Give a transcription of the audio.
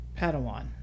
Padawan